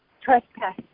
trespass